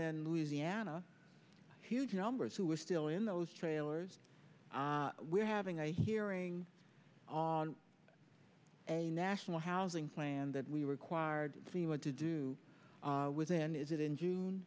in louisiana huge numbers who are still in those trailers we're having a hearing on a national housing plan that we required to see what to do within is it in june